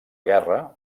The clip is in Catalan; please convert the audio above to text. guerra